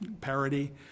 Parody